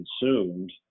consumed